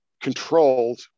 controlled